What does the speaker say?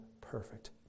perfect